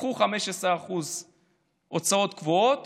קחו 15% הוצאות קבועות